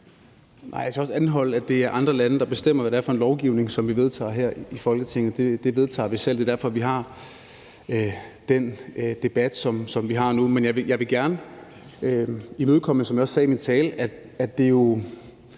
vil så også anholde, at det er andre lande, der bestemmer, hvad det er for en lovgivning, som vi vedtager her i Folketinget. Den vedtager vi selv. Det er derfor, vi har den debat, som vi har nu. Men jeg vil gerne imødekomme, som jeg også sagde i min tale, det, at det jo